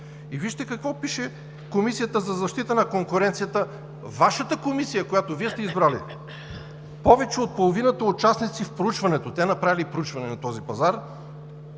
И вижте какво пише Комисията за защита на конкуренцията – Вашата комисия, която Вие сте избрали, че повече от половината участници в проучването – те са направили проучване на този пазар,